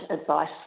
advice